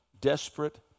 desperate